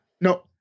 no